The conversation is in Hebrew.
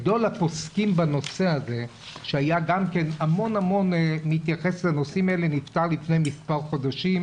גדול הפוסקים בנושא שהתייחס המון לנושאים האלה נפטר לפני מספר חודשים,